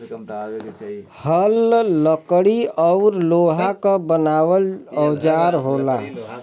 हल लकड़ी औरु लोहा क बनावल औजार होला